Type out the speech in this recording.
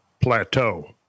plateau